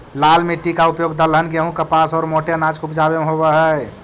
लाल मिट्टी का उपयोग दलहन, गेहूं, कपास और मोटे अनाज को उपजावे में होवअ हई